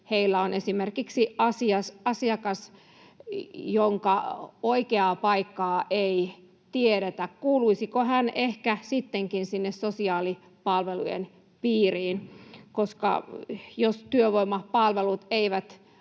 heillä on esimerkiksi asiakas, jonka oikeaa paikkaa ei tiedetä, kuuluisiko hän ehkä sittenkin sinne sosiaalipalvelujen piiriin, jos työvoimapalvelut eivät